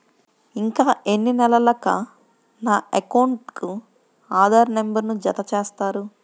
ఇంకా ఎన్ని నెలలక నా అకౌంట్కు ఆధార్ నంబర్ను జత చేస్తారు?